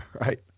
right